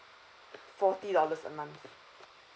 forty dollars a month